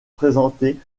présentées